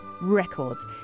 Records